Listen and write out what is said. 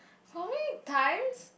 for me times